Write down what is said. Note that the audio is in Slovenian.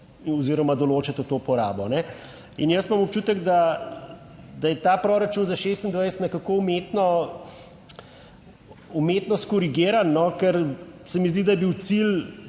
oziroma določite to porabo. In jaz imam občutek, da je ta proračun za 2026 nekako umetno korigiran, ker se mi zdi, da je bil cilj,